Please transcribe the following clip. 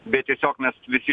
bet tiesiog mes visi